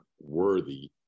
worthy